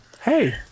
hey